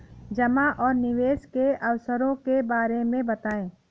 जमा और निवेश के अवसरों के बारे में बताएँ?